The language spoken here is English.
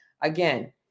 Again